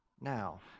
now